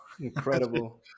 Incredible